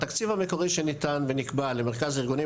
התקציב המקורי שניתן ונקבע למרכז הארגונים